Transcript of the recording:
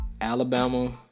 Alabama